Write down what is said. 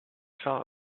saw